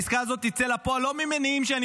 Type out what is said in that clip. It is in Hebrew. העסקה הזאת תצא לפועל לא ממניעים שאני